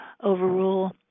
overrule